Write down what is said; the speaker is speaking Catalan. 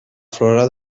flora